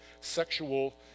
sexual